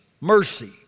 mercy